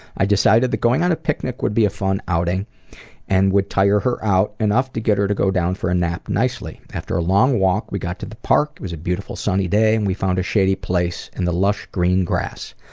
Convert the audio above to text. i decided that going on a picnic would be a fun outing and would tire her out enough to get her to go down for a nap nicely. after a long walk we got to the park. it was a beautiful sunny day and we found a shady place in the lush, green grass.